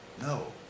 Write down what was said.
no